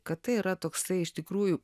kad tai yra toksai iš tikrųjų